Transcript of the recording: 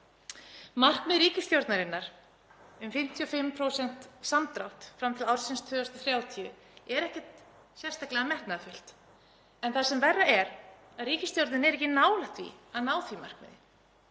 Markmið ríkisstjórnarinnar um 55% samdrátt fram til ársins 2030 er ekkert sérstaklega metnaðarfullt en það sem verra er er að ríkisstjórnin er ekki nálægt því að ná því markmiði.